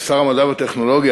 כשר המדע והטכנולוגיה